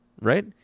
right